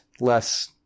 less